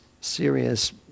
serious